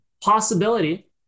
possibility